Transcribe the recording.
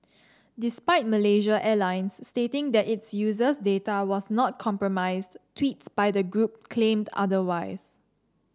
despite Malaysia Airlines stating that its users data was not compromised tweets by the group claimed otherwise